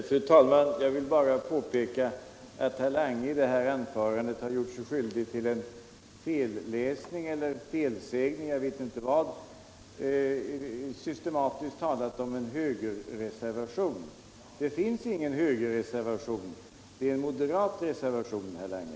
Fru talman! Jag vill bara påpeka att herr Lange i sitt anförande gjort sig skyldig till en felsägning eller felläsning, vilket det nu var. Han har systematiskt talat om en ”högerreservation”. Det finns ingen högerreservation, utan det är fråga om moderata reservationer, herr Lange.